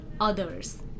others